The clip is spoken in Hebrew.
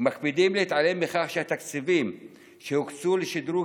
ומקפידים להתעלם מכך שהתקציבים שהוקצו לשדרוג